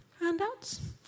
Handouts